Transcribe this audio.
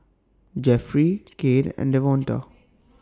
Jefferey Cade and Devonta